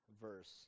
verse